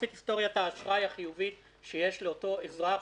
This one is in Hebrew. את היסטוריית האשראי החיובית שיש לאותו אזרח,